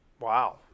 wow